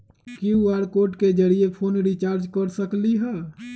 QR code के जरिय phone recharge कर सकली ह?